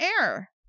air